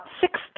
six